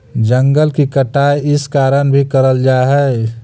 जंगल की कटाई इस कारण भी करल जा हई